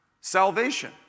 salvation